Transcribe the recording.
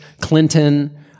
Clinton